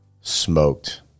smoked